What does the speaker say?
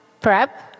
prep